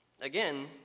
again